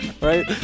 right